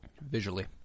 Visually